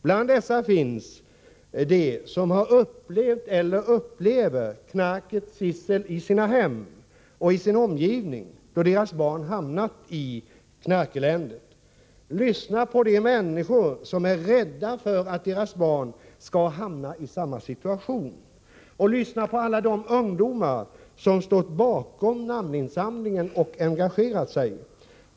Bland dessa finns de som upplevt, eller upplever, knarkets gissel i sina hem och i sin omgivning, då deras barn har hamnat i knarkeländet. Lyssna på de människor som är rädda för att deras barn skall hamna i samma situation. Lyssna på alla de ungdomar som stått bakom namninsamlingen och engagerat sig.